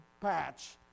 patch